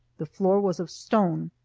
the floor was of stone.